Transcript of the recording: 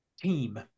team